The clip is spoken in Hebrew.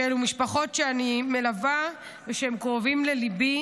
אלו משפחות שאני מלווה והן קרובות לליבי,